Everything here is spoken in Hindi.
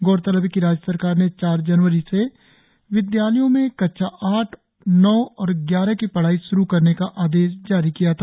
गौरतलब है कि राज्य सरकार ने चार जनवरी से विद्यालयों में कक्षा आठ नौ और ग्यारह की पढ़ाई श्रु करने का आदेश जारी किया था